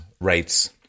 rates